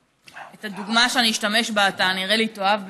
את הדוגמה שאני אשתמש בה עתה נראה לי שתאהב במיוחד.